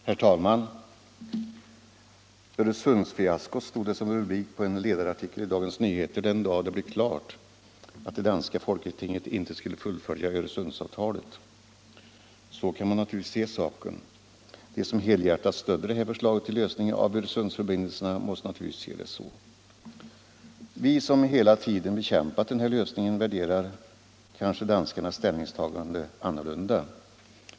Herr talman! ”Öresundsfiaskot” stod det som rubrik på en ledarartikel i Dagens Nyheter den dag det blev klart att det danska folketinget inte skulle fullfölja Öresundsavtalet. Så kan man naturligtvis se saken. De som helhjärtat stödde det här förslaget till lösning av Öresundsförbindelserna måste naturligtvis se det så. Vi som hela tiden har bekämpat den här lösningen värderar kanske danskarnas ställningstagande annorlunda.